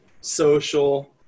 social